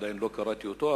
עדיין לא קראתי אותו,